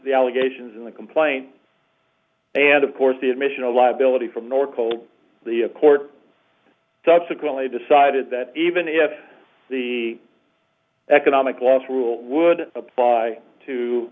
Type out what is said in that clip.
the allegations in the complaint and of course the admission of liability from north pole the court subsequently decided that even if the economic loss rule would apply to